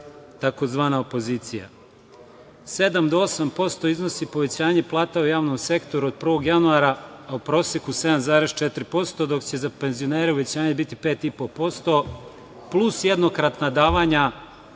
tzv. opozicije. Sedam do 7% iznosi povećanje plata u javnom sektoru od 1. januara, a u proseku 7,4% dok će za penzionere uvećanje biti 5,5% plus jednokratna davanja